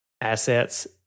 assets